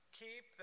keep